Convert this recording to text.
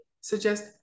suggest